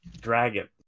dragon